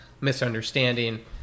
misunderstanding